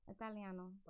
Italiano